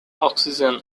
oxygen